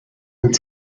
und